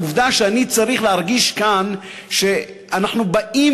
העובדה שאני צריך להרגיש כאן שאנחנו באים